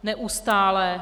Neustále.